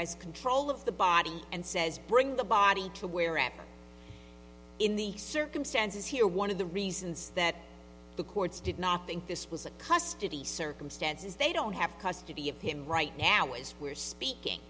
has control of the body and says bring the body to wherever in the circumstances here one of the reasons that the courts did not think this was a custody circumstances they don't have custody of him right now as we're speaking